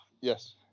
yes